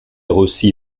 aussi